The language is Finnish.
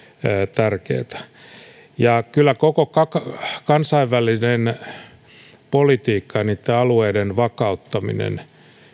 tärkeätä kyllä koko kansainvälinen politiikka ja niitten alueiden vakauttaminen